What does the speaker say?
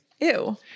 Ew